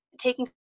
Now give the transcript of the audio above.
taking